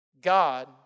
God